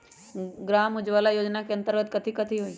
ग्राम उजाला योजना के अंतर्गत कथी कथी होई?